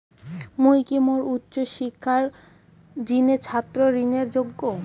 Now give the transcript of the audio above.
মুই কি মোর উচ্চ শিক্ষার জিনে ছাত্র ঋণের যোগ্য?